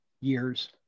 years